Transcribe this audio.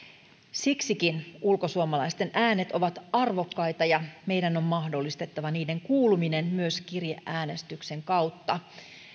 siksikin ulkosuomalaisten äänet ovat arvokkaita ja meidän on mahdollistettava niiden kuuluminen myös kirjeäänestyksen kautta